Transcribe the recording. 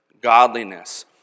godliness